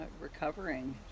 Recovering